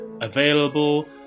Available